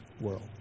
world